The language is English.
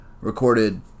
Recorded